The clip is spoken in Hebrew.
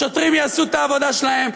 השוטרים יעשו את העבודה שלהם,